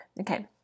Okay